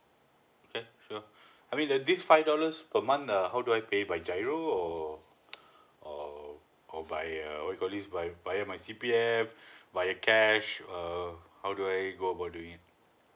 okay sure I mean that this five dollars per month uh how do I pay by giro or or or or by uh what you call this via my C_P_F via cash err how do I go about doing it